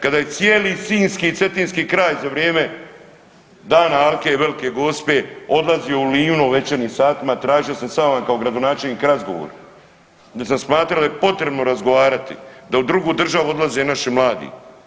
Kada je cijeli sinjski i cetinski kraj za vrijeme dana alke i Velike Gospe odlazio u Livno u večernjim satima tražio sam s vama kao gradonačelnik razgovor, da sam smatrao da je potrebno razgovarati da u drugu državu odlaze naši mladi.